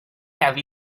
have